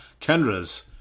kendra's